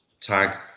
tag